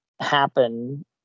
happen